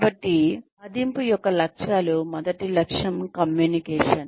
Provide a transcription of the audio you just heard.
కాబట్టి మదింపు యొక్క లక్ష్యాలు మొదటి లక్ష్యం కమ్యూనికేషన్